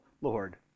Lord